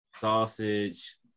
sausage